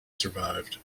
survived